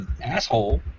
asshole